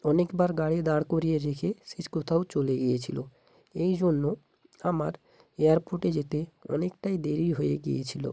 অনেকবার গাড়ি দাঁড় করিয়ে রেখে সে কোথাও চলে গিয়েছিলো এই জন্য আমার এয়ারপোর্টে যেতে অনেকটাই দেরি হয়ে গিয়েছিলো